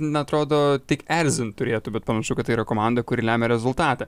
na atrodo tik erzint turėtų bet panašu kad tai yra komanda kuri lemia rezultatą